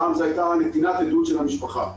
פעם זו הייתה נתינת עדות של המשפחה,